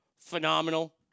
Phenomenal